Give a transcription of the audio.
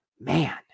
man